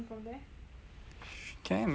can go home lor